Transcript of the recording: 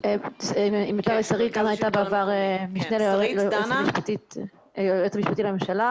שרית דנה הייתה בעבר משנה ליועצת המשפטית לממשלה,